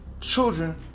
children